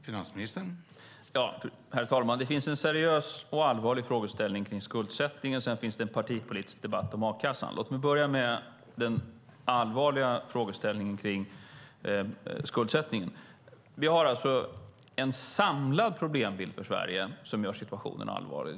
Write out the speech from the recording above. Herr talman! Det finns en seriös och allvarlig fråga om skuldsättningen, och sedan finns en partipolitisk debatt om a-kassan. Låt mig börja med den allvarliga frågan om skuldsättningen. Vi har alltså en samlad problembild för Sverige som gör situationen allvarlig.